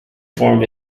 form